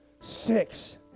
six